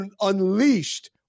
unleashed